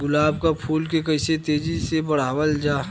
गुलाब क फूल के कइसे तेजी से बढ़ावल जा?